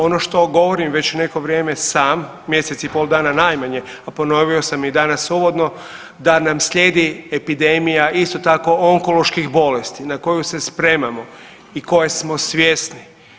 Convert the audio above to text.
Ono što govorim već neko vrijeme sam, mjesec i pol dana najmanje, a ponovio sam i danas uvodno da nam slijedi epidemija isto tako onkoloških bolesti na koju se spremamo i koje smo svjesni.